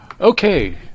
Okay